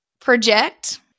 project